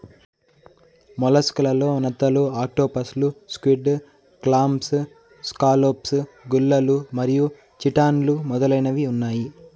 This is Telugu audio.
మొలస్క్ లలో నత్తలు, ఆక్టోపస్లు, స్క్విడ్, క్లామ్స్, స్కాలోప్స్, గుల్లలు మరియు చిటాన్లు మొదలైనవి ఉన్నాయి